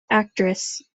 actress